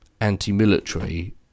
anti-military